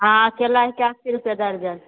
आ केला हिके अस्सी रुपये दर्जन